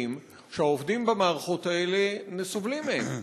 שהעובדים במערכות האלה סובלים מהם.